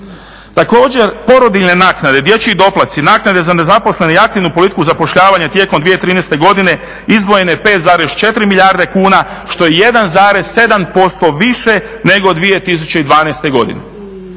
Također, porodiljne naknade, dječji doplatci, naknade za nezaposlene i aktivnu politiku zapošljavanja tijekom 2013. godine izdvojeno je 5,4 milijarde kuna što je 1,7% više nego 2012. godine.